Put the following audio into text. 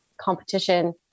competition